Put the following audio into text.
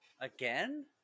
Again